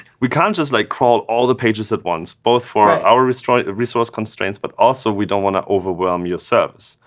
we can't just like crawl all the pages at once, both for our sort of resource constraints, but also we don't want to overwhelm your service.